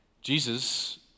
Jesus